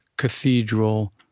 cathedral,